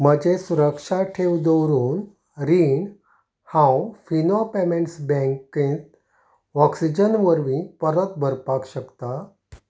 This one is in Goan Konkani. म्हजें सुरक्षा ठेव दवरून रीण हांव फिनो पेमेंट्स बँकेंत ऑक्सिजन वरवीं परत भरपाक शकता